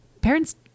Parents